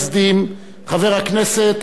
חבר הכנסת עמוס דגני,